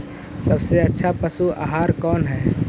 सबसे अच्छा पशु आहार कौन है?